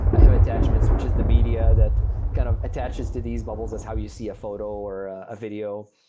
i have attachments, which is the media that kind of attaches to these bubbles as how you see a photo or a video.